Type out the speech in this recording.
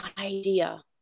idea